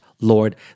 Lord